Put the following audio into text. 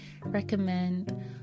recommend